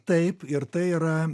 taip ir tai yra